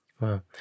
Wow